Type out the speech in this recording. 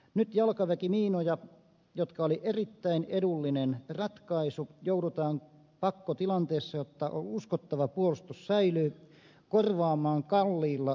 nyt jalkaväkimiinoja jotka olivat erittäin edullinen ratkaisu joudutaan pakkotilanteessa jotta uskottava puolustus säilyy korvaamaan kalliilla rypäleaseilla